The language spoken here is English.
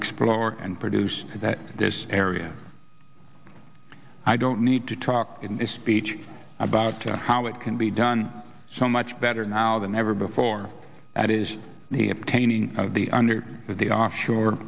explore and produce that this area i don't need to talk in a speech about how it can be done so much better now than ever before that is the obtaining of the under the offshore